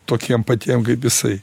tokiem patiem kaip jisai